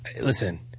Listen